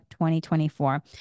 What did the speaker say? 2024